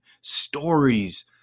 stories